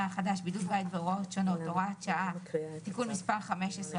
החדש)(בידוד בית והוראות שונות)(הוראת שעה)(תיקון מס' 15),